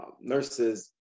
nurses